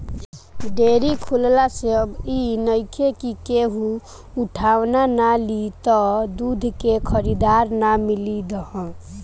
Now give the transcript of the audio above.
dairy खुलला से अब इ नइखे कि केहू उठवाना ना लि त दूध के खरीदार ना मिली हन